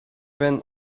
when